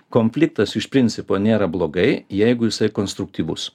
konfliktas iš principo nėra blogai jeigu jisai konstruktyvus